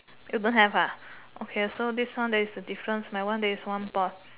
don't have ah okay so this one then is the difference my one there is one board